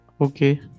Okay